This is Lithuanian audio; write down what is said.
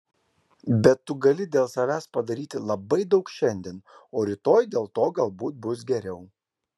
bet tu gali dėl savęs padaryti labai daug šiandien o rytoj dėl to galbūt bus geriau